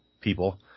people